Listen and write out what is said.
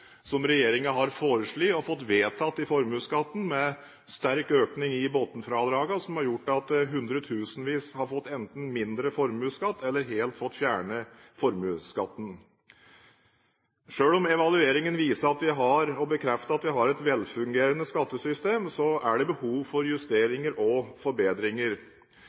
som regjeringen har foreslått og fått vedtatt i formuesskatten, med sterk økning i bunnfradraget, som har gjort at hundretusenvis enten har fått mindre formuesskatt eller har fått formuesskatten helt fjernet. Selv om evalueringen viser at vi har – og bekrefter at vi har – et velfungerende skattesystem, er det behov for justeringer og forbedringer.